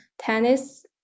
tennis